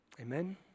Amen